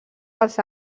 pels